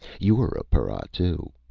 you're a para, too.